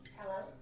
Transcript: Hello